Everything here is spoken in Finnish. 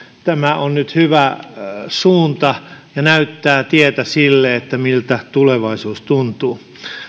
tämä on nyt hyvä suunta ja näyttää tietä sille miltä tulevaisuus tuntuu